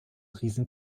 riesen